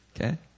Okay